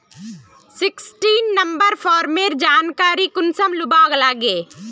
Sixteen number farmer जानकारी कुंसम लुबा लागे?